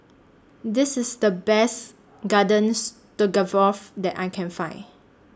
This IS The Best Garden Stroganoff that I Can Find